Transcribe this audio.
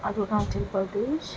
Arunachal Pradesh